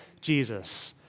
Jesus